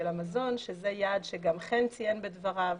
המזון שזה יעד שגם חן הרצוג ציין בדבריו.